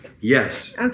Yes